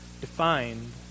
defined